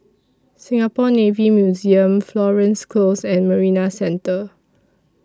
Singapore Navy Museum Florence Close and Marina Centre